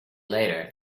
later